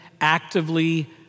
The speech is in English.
actively